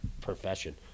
profession